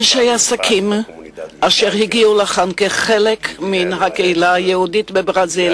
אנשי עסקים אשר הגיעו לכאן כחלק מן הקהילה היהודית בברזיל